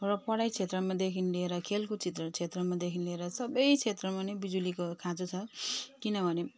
र पढाइ क्षेत्रमादेखि लिएर खेलकुद क्षेत्र क्षेत्रमादेखि लिएर सबै क्षेत्रमा नै बिजुलीको खाँचो छ किनभने